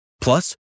Plus